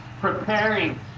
preparing